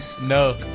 No